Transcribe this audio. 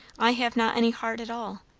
i have not any heart at all.